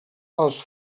als